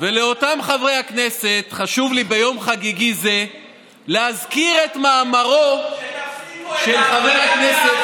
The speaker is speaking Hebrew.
ולאותם חברי הכנסת חשוב לי ביום חגיגי זה להזכיר את מאמרו של חבר הכנסת,